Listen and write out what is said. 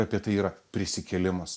apie tai yra prisikėlimas